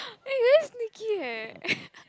you very sneaky eh